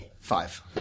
Five